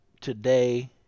today